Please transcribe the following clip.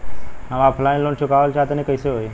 हम offline loan चुकावल चाहऽ तनि कइसे होई?